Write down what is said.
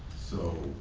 so.